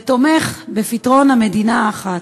ותומך בפתרון המדינה האחת,